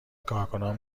کارکنان